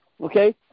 Okay